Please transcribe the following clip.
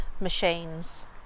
machines